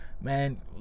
Man